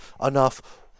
enough